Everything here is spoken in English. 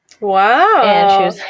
Wow